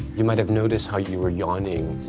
you might have noticed how you were yawning.